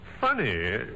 funny